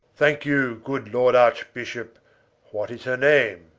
thanke you good lord archbishop what is her name?